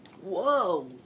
Whoa